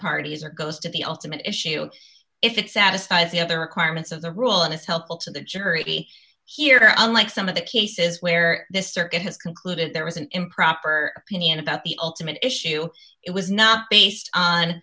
parties or goes to the ultimate issue if it satisfies the other requirements of the rule and it's helpful to the charity here i'd like some of the cases where this circuit has concluded there was an improper opinion about the ultimate issue it was not based on